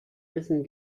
essen